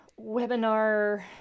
webinar